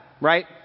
right